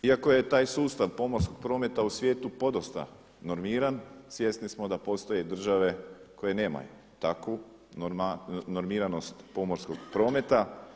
Iako je taj sustav pomorskog prometa u svijetu podosta normiran svjesni smo da postoje države koje nemaju takvu normiranost pomorskog prometa.